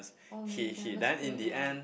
oh you never spray that one ah